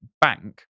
bank